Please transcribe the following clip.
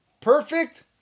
perfect